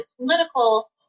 political